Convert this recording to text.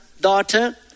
daughter